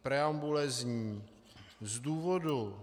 Preambule zní: Z důvodu